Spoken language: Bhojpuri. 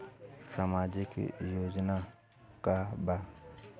सामाजिक योजना का बा?